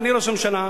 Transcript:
אדוני ראש הממשלה,